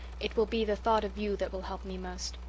it will be the thought of you that will help me most.